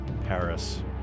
Paris